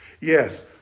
Yes